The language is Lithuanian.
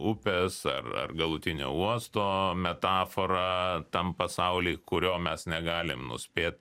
upės ar ar galutinio uosto metafora tam pasauliui kurio mes negalim nuspėt